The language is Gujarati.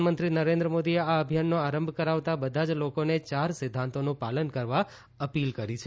પ્રધાનમંત્રી નરેન્દ્ર મોદીએ આ અભિયાનનો આરંભ કરાવતા બધા જ લોકોને ચાર સિદ્ધાંતોનું પાલન કરવા અપીલ કરી છે